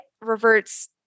reverts